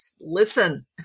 listen